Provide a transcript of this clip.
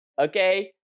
okay